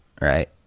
right